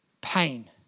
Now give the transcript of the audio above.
pain